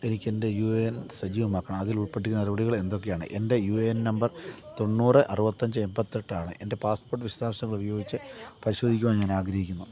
എനിക്കെൻ്റെ U A N സജീവമാക്കണം അതിൽ ഉൾപ്പെട്ടിരിക്കുന്ന നടപടികൾ എന്തൊക്കെയാണ് എൻ്റെ യു എ എൻ നമ്പർ തൊണ്ണൂറ് അറുപത്തിയഞ്ച് എൺപത്തിയെട്ടാണ് എൻ്റെ പാസ്പോർട്ട് വിശദാംശങ്ങൾ ഉപയോഗിച്ച് പരിശോധിക്കുവാൻ ഞാൻ ആഗ്രഹിക്കുന്നു